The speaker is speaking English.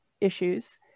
issues